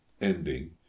ending